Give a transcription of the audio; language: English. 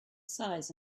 size